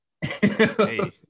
Hey